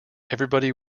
everybody